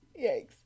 Yikes